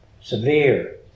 severe